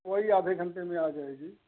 वही आधे घंटे में आ जाएगी